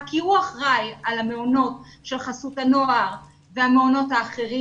כי הוא אחראי על המעונות של חסות הנוער ועל המעונות האחרים,